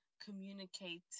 communicate